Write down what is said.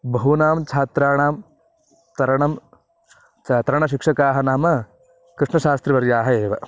बहूनां छात्राणां तरणं च तरणशिक्षकाः नाम कृष्णशास्त्रीवर्याः एव